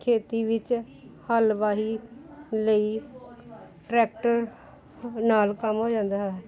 ਖੇਤੀ ਵਿੱਚ ਹਲ ਵਾਹੀ ਲਈ ਟਰੈਕਟਰ ਨਾਲ ਕੰਮ ਹੋ ਜਾਂਦਾ ਹੈ